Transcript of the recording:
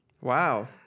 Wow